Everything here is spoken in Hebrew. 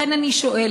לכן אני שואלת: